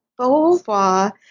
Beauvoir